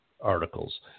articles